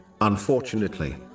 Unfortunately